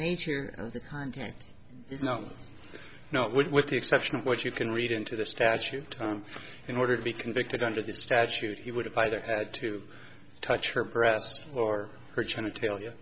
nature of the content is not now with the exception of what you can read into the statute in order to be convicted under that statute he would have either had to touch her breasts or her trying to tell you